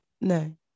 no